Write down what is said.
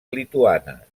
lituanes